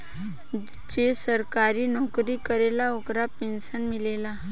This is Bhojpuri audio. जे सरकारी नौकरी करेला ओकरा पेंशन मिलेला